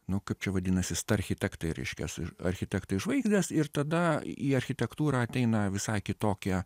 nu kaip čia vadinasi sta architektai reiškias ir architektai žvaigždės ir tada į architektūrą ateina visai kitokia